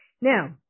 Now